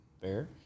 fair